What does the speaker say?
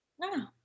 no